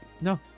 No